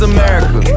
America